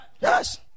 Yes